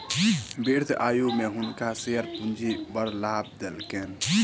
वृद्ध आयु में हुनका शेयर पूंजी बड़ लाभ देलकैन